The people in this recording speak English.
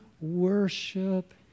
worship